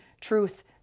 truth